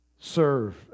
Serve